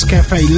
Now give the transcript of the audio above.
Cafe